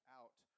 out